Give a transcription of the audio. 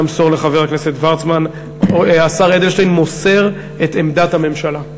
אנא מסור לחבר הכנסת וורצמן שהשר אדלשטיין מוסר את עמדת הממשלה.